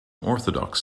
orthodox